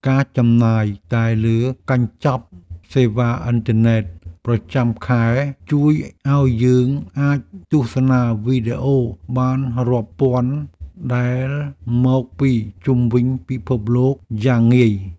ការចំណាយតែលើកញ្ចប់សេវាអ៊ីនធឺណិតប្រចាំខែជួយឱ្យយើងអាចទស្សនាវីដេអូបានរាប់ពាន់ដែលមកពីជុំវិញពិភពលោកយ៉ាងងាយ។